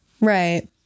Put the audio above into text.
Right